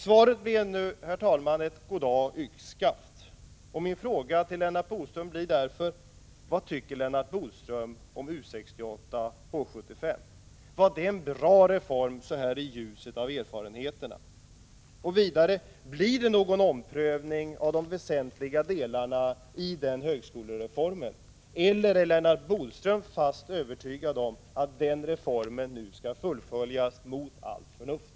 Svaret blev nu, herr talman, ett goddag yxskaft, och min fråga till Lennart Bodström blir därför: Vad tycker Lennart Bodström om U-68/H-75? Var det en bra reform, så här i ljuset av erfarenheterna? Vidare: Blir det någon omprövning av de väsentliga delarna av högskolereformen, eller är Lennart Bodström fast övertygad om att den reformen nu skall fullföljas, mot allt förnuft?